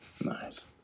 Nice